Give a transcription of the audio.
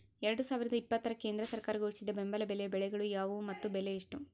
ಎರಡು ಸಾವಿರದ ಇಪ್ಪತ್ತರ ಕೇಂದ್ರ ಸರ್ಕಾರ ಘೋಷಿಸಿದ ಬೆಂಬಲ ಬೆಲೆಯ ಬೆಳೆಗಳು ಯಾವುವು ಮತ್ತು ಬೆಲೆ ಎಷ್ಟು?